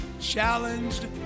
challenged